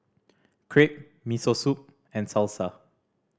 Crepe Miso Soup and Salsa